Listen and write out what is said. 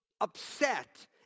upset